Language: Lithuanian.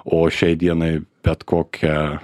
o šiai dienai bet kokia